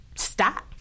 Stop